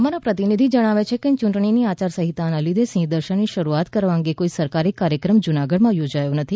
અમારા પ્રતિનિધિ જણાવે છે કે ચૂંટણી આચારસંહિતાને લીધે સિંહ દર્શનની શરૂઆત કરવા અંગે કોઈ સરકારી કાર્યક્રમ જુનાગઢમાં યોજાયો નથી